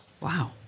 Wow